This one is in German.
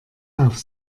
auf